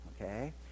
okay